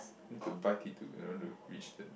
need to buy T two in order to reach the